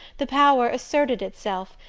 the power asserted itself,